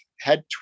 head